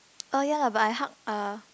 uh ya lah but I hug uh